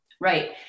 Right